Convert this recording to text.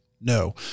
no